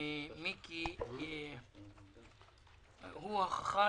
ממיקי הוא ההוכחה